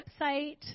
website